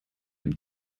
dem